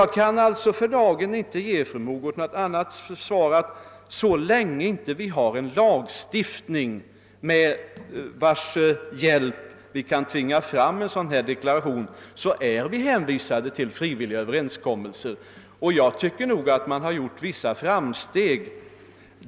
Jag kan alltså för dagen inte ge fru Mogård något annat svar än att så länge vi inte har en lag, med vars hjälp vi kan tvinga fram en sådan här deklaration, är vi hänvisade till frivilliga överenskommelser. Enligt min mening har vi också gjort vissa framsteg.